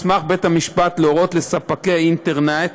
בית-המשפט מוסמך להורות לספקי אינטרנט,